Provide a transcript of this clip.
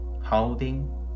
holding